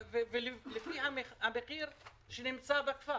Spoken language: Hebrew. לפי המחיר שנמצא בכפר.